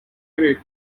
grip